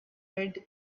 red